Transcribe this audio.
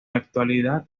actualidad